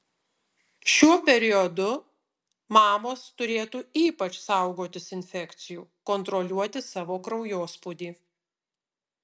šiuo periodu mamos turėtų ypač saugotis infekcijų kontroliuoti savo kraujospūdį